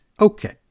Okay